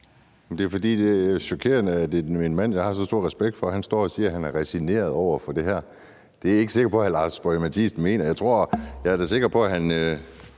Det er jo chokerende, at en mand, jeg har så stor respekt for, står og siger, at han har resigneret over for det her. Det er jeg ikke sikker på at hr. Lars Boje Mathiesen mener. Jeg er da sikker på, at der